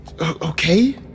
okay